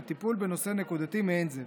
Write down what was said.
לטיפול בנושא נקודתי מעין זה.